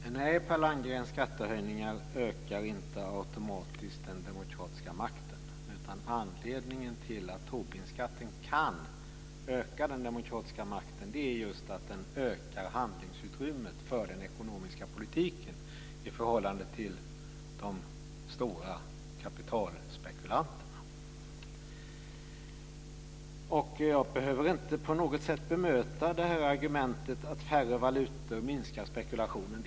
Fru talman! Nej, skattehöjningar ökar inte automatiskt den demokratiska makten. Anledningen till att Tobinskatten kan öka den demokratiska makten är just att den ökar handlingsutrymmet för den ekonomiska politiken i förhållande till de stora kapitalspekulanterna. Jag behöver inte på något sätt bemöta argumentet att färre valutor minskar spekulationen.